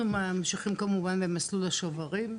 ממשיכים כמובן, במסלול השוברים,